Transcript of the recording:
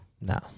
no